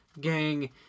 gang